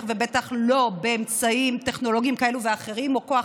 ולאחר מכן לקבל את אישור הרשות